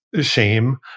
shame